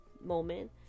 moment